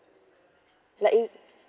like it